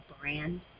brand